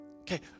Okay